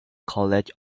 college